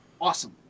awesome